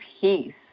peace